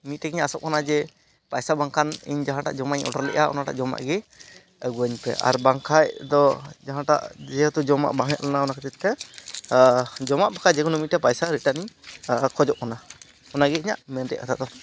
ᱢᱤᱫᱴᱮᱡᱤᱧ ᱟᱥᱚᱜ ᱠᱟᱱᱟ ᱡᱮ ᱯᱟᱭᱥᱟ ᱵᱟᱝᱠᱷᱟᱱ ᱤᱧ ᱡᱟᱦᱟᱸᱴᱟᱜ ᱡᱚᱢᱟᱜᱤᱧ ᱚᱰᱟᱨ ᱞᱮᱫᱼᱟ ᱚᱱᱟᱴᱟᱜ ᱜᱮ ᱟᱹᱜᱩᱣᱟᱹᱧ ᱯᱮ ᱟᱨ ᱵᱟᱝᱠᱷᱟᱡ ᱫᱚ ᱡᱟᱦᱟᱸᱴᱟᱜ ᱡᱮᱦᱮᱛᱩ ᱡᱚᱢᱟᱜ ᱵᱟᱝ ᱦᱮᱡᱞᱮᱱᱟ ᱚᱱᱟ ᱠᱷᱟᱹᱛᱤᱨᱛᱮ ᱡᱚᱢᱟᱜ ᱵᱟᱠᱷᱟᱡ ᱡᱮᱠᱳᱱᱳ ᱢᱤᱫᱴᱮᱱ ᱯᱟᱭᱥᱟ ᱨᱤᱴᱟᱨᱱᱤᱧ ᱠᱷᱚᱡᱚᱜ ᱠᱟᱱᱟ ᱚᱱᱟᱜᱮ ᱤᱧᱟᱹᱜ ᱢᱮᱱ ᱨᱮᱭᱟᱜ ᱠᱟᱛᱷᱟᱫᱚ